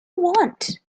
want